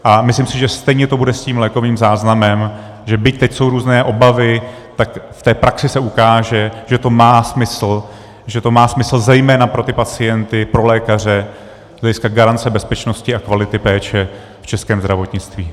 A myslím si, že stejně to bude s tím lékovým záznamem, že byť teď jsou různé obavy, tak v té praxi se ukáže, že to má smysl, že to má smysl zejména pro ty pacienty, pro lékaře z hlediska garance bezpečnosti a kvality péče v českém zdravotnictví.